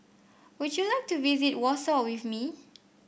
would you like to visit Warsaw with me